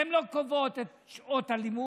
הן לא קובעות את שעות הלימוד,